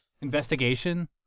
Investigation